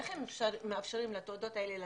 איך הם מאפשרים לתעודות המזויפות האלה לצאת,